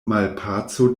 malpaco